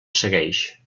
segueix